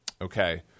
Okay